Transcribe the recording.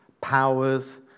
powers